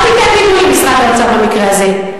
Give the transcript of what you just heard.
אל תיתן גיבוי למשרד האוצר במקרה הזה.